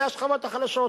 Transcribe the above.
זה השכבות החלשות,